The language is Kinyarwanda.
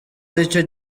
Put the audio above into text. aricyo